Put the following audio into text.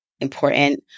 important